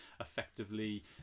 effectively